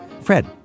Fred